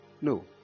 no